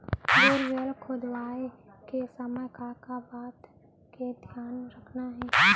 Borewell खोदवाए के समय का का बात के धियान रखना हे?